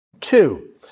Two